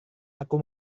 aku